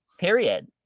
Period